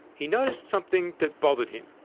he noticed something that bothered him.